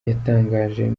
yatangaje